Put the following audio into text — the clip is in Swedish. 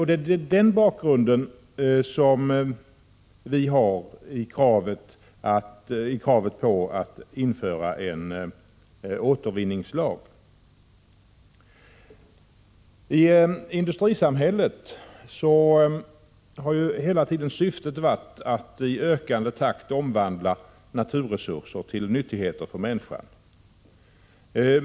Det är bakgrunden till vårt krav på att införa en återvinningslag. I industrisamhället har hela tiden syftet varit att i ökande takt omvandla naturresurser till nyttigheter för människan.